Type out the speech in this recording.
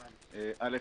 ראשית,